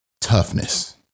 toughness